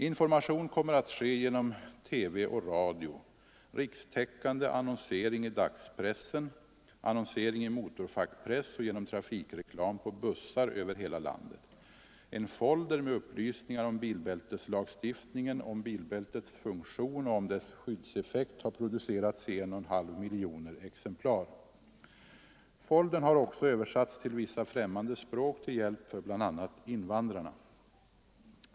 Information kommer att ske genom TV och radio, rikstäckande annonsering i dagspressen, annonsering i motorfackpress och genom trafikreklam på bussar över hela landet. En folder med upplysningar om bilbälteslagstiftningen, om bilbältets funktion och om dess skyddseffekt har producerats i 1,5 miljoner exemplar. Foldern har också översatts till vissa främmande språk till hjälp för bl.a. invandrarna.